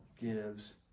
gives